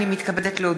הנני מתכבדת להודיעכם,